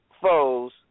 foes